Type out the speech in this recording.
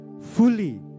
fully